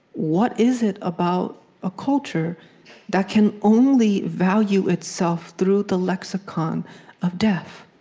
what is it about a culture that can only value itself through the lexicon of death?